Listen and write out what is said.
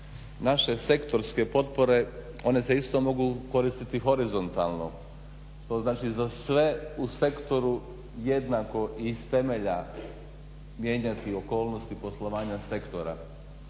Naše sektorske potpore one se isto mogu koristiti horizontalno. To znači za sve u sektoru jednako i iz temelja mijenjati okolnosti poslovanja sektora.